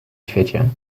świecie